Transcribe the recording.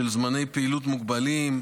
זמני פעילות מוגבלים,